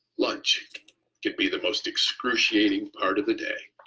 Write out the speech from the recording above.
lunch could be the most excruciating part of the day.